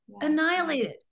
annihilated